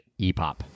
epop